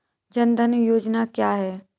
जनधन योजना क्या है?